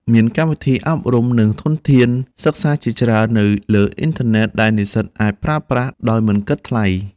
មានកម្មវិធីអប់រំ និងធនធានសិក្សាជាច្រើននៅលើអ៊ីនធឺណិតដែលនិស្សិតអាចប្រើប្រាស់ដោយមិនគិតថ្លៃ។